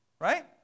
Right